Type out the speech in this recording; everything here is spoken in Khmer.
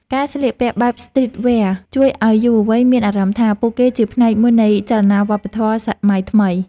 ការស្លៀកពាក់បែបស្ទ្រីតវែរ ជួយឱ្យយុវវ័យមានអារម្មណ៍ថា ពួកគេជាផ្នែកមួយនៃចលនាវប្បធម៌សម័យថ្មី។